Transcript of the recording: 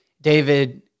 David